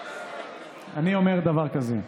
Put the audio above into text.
אני אומר דבר כזה: